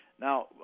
Now